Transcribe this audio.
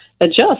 adjust